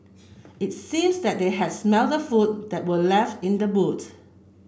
it seems that they had smelt the food that were left in the boot